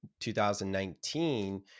2019